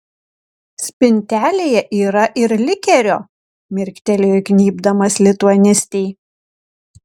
spintelėje yra ir likerio mirktelėjo įgnybdamas lituanistei